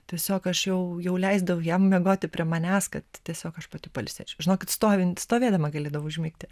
tiesiog aš jau jau leisdavau jam miegoti prie manęs kad tiesiog aš pati pailsėčiau žinokit stovint stovėdama galėdavau užmigti